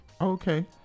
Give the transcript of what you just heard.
okay